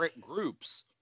groups